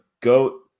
goat